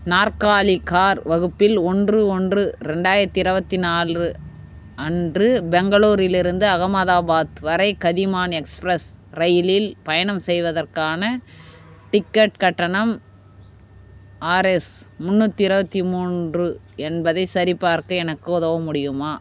நாற்காலி கார் வகுப்பில் ஒன்று ஒன்று ரெண்டாயிரத்தி இருபத்தி நாலு அன்று பெங்களூரிலிருந்து அகமதாபாத் வரை கதிமான் எக்ஸ்பிரஸ் ரயிலில் பயணம் செய்வதற்கான டிக்கெட் கட்டணம் ஆர்எஸ் முந்நூற்றி இருபத்தி மூன்று என்பதைச் சரிபார்க்க எனக்கு உதவ முடியுமா